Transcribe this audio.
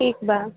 ठीक बा